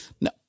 No